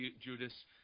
Judas